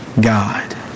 God